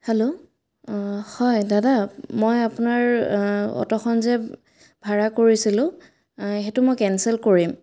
hello হয় দাদা মই আপোনাৰ অ'টোখন যে ভাড়া কৰিছিলোঁ সেইটো মই কেনচেল কৰিম